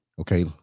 Okay